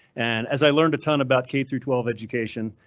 and as i learned a ton about k through twelve education,